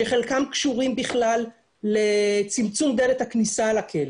שחלקן קשורות בכלל לצמצום דלת הכניסה לכלא